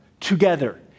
together